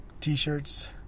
t-shirts